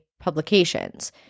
publications